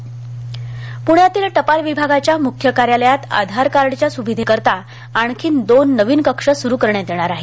पाल पुण्यातील टपाल विभागाच्या मुख्य कार्यालयांत इथं आधारकार्डच्या सुविधेकरीता आणखीन दोन नवीन कक्ष सुरू करण्यात येणार आहेत